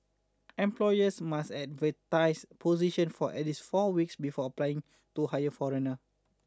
employers must advertise positions for at least four weeks before applying to hire foreigner